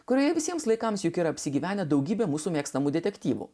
kurioje visiems laikams juk yra apsigyvenę daugybė mūsų mėgstamų detektyvų